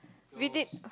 we did